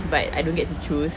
but I don't get to choose